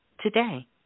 today